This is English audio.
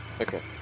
Okay